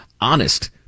honest